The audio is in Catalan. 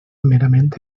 merament